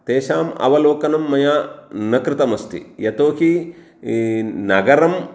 तेषाम् अवलोकनं मया न कृतमस्ति यतोऽहि नगरम्